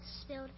spilled